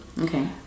Okay